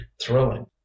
thrilling